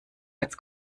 als